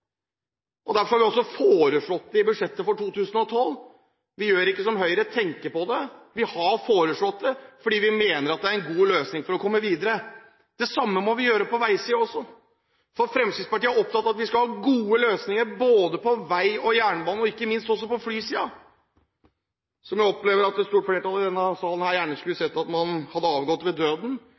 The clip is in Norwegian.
Derfor har vi foreslått det i budsjettet for 2012 – vi gjør ikke som Høyre, tenker på det. Vi har foreslått det fordi vi mener at det er en god løsning for å komme videre. Det samme må vi gjøre på veiområdet. Fremskrittspartiet er opptatt av at vi skal ha gode løsninger både på vei og på jernbane – og ikke minst på flyområdet, som jeg opplever at et stort flertall i denne salen gjerne skulle sett hadde avgått ved døden.